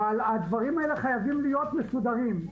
אבל הדברים האלה חייבים להיות מסודרים.